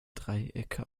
dreiecke